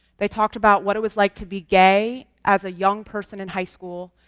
they talked about what it was like to be gay, as a young person in high school.